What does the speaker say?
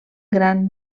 gran